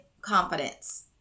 confidence